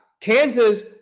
Kansas